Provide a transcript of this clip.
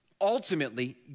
ultimately